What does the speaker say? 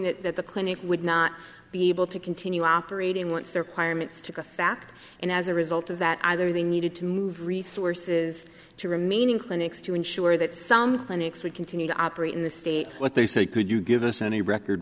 knowing that the clinic would not be able to continue operating once their parents took a fact and as a result of that either they needed to move resources to remaining clinics to ensure that some clinics would continue to operate in the state what they say could you give us any record